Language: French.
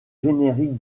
générique